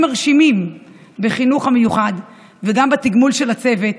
מרשימים בחינוך המיוחד וגם בתגמול של הצוות